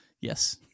Yes